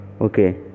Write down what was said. okay